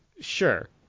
Sure